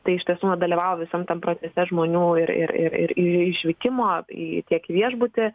tai iš tiesų na dalyvauju visam tam procese žmonių ir ir ir ir į į išvykimo į tiek viešbutį